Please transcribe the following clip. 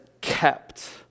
kept